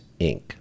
Inc